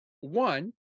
one